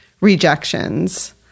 rejections